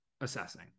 assessing